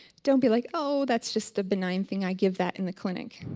don't be like oh, that's just a benign thing i give that in the clinic.